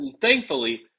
thankfully